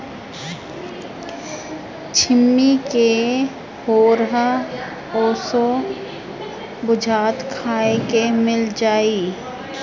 छिम्मी के होरहा असो बुझाता खाए के मिल जाई